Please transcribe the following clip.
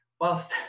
whilst